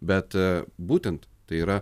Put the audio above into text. bet būtent tai yra